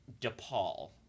DePaul